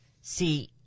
see